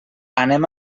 anem